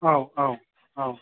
औ औ औ